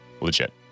Legit